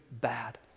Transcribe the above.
bad